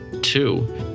Two